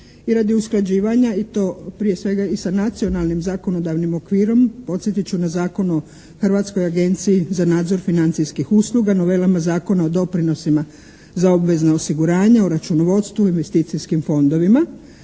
i radi usklađivanja i to prije svega i sa nacionalnim zakonodavnim okvirom. Podsjetit ću na Zakon o Hrvatskoj agenciji za nadzor financijskih usluga, novelama Zakona o doprinosima za obvezna osiguranja u računovodstvu, investicijskim fondovima.